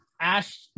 Ash